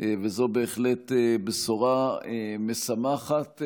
וזו בהחלט בשורה משמחת,